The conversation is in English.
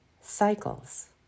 cycles